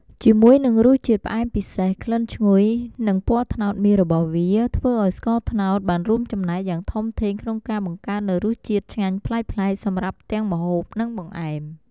ជាមួយនឹងរសជាតិផ្អែមពិសេស ក្លិនឈ្ងុយ និងពណ៌ត្នោតមាសរបស់វា ធ្វើឱ្យស្ករត្នោតបានរួមចំណែកយ៉ាងធំធេងក្នុងការបង្កើតនូវរសជាតិឆ្ងាញ់ប្លែកៗសម្រាប់ទាំងម្ហូប និងបង្អែម។